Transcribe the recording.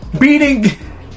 beating